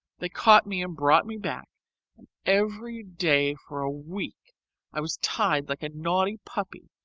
they caught me and brought me back and every day for a week i was tied, like a naughty puppy,